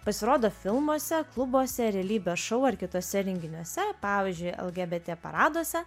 pasirodo filmuose klubuose realybės šou ar kituose renginiuose pavyzdžiui lgbt paraduose